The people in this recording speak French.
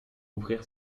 ouvrir